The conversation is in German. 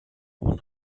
und